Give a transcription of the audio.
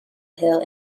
hill